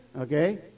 Okay